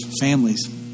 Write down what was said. families